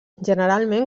generalment